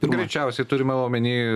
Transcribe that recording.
greičiausiai turima omeny